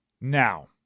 Now